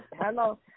Hello